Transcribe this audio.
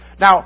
Now